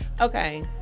okay